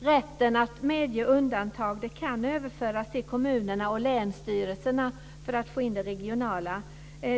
Rätten att medge undantag kan överföras till kommunerna och länsstyrelserna för att få in det regionala intresset.